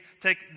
take